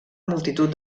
multitud